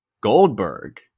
Goldberg